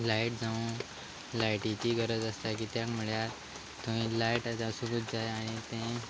light जावं लायटीची गरज आसता कित्याक म्हळ्यार थंय लायट आसुकूच जाय आनी तें